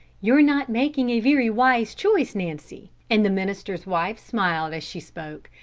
you're not making a very wise choice, nancy, and the minister's wife smiled as she spoke.